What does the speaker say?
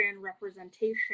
representation